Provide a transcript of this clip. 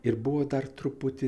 ir buvo dar truputį